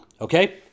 Okay